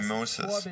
Moses